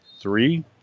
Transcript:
Three